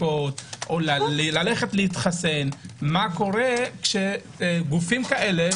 ללכת להתחסן, מה קורה כשגופים כאלה,